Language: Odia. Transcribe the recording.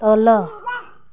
ତଳ